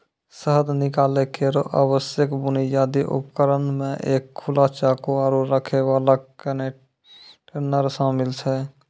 शहद निकालै केरो आवश्यक बुनियादी उपकरण म एक खुला चाकू, आरु रखै वाला कंटेनर शामिल छै